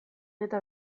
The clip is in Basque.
eta